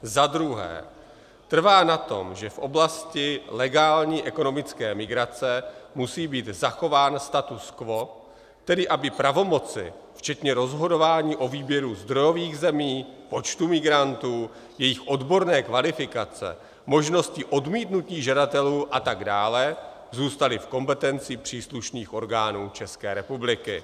2. trvá na tom, že v oblasti legální ekonomické migrace musí být zachován status quo, tedy aby pravomoci včetně rozhodování o výběru zdrojových zemí, počtu migrantů, jejich odborné kvalifikace, možnosti odmítnutí žadatelů atd. zůstaly v kompetenci příslušných orgánů České republiky;